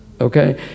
okay